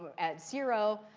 at zero,